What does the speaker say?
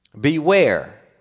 Beware